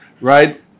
right